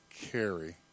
carry